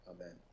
amen